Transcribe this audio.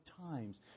times